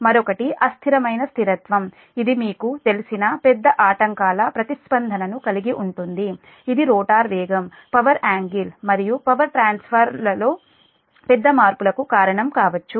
మరొకటి అస్థిరమైన స్థిరత్వం ఇది మీకు తెలిసిన పెద్ద ఆటంకాల ప్రతిస్పందనను కలిగి ఉంటుంది ఇది రోటర్ వేగం పవర్ యాంగిల్ మరియు పవర్ ట్రాన్స్ఫర్లలో పెద్ద మార్పులకు కారణం కావచ్చు